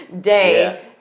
day